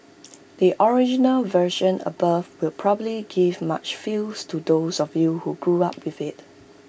the original version above will probably give much feels to those of you who grew up with IT